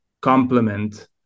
complement